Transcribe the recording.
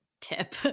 tip